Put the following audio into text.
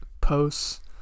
posts